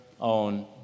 own